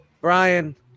Brian